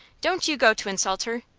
don't you go to insult her!